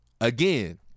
again